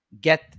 get